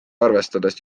arvestades